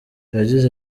yagize